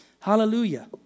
Hallelujah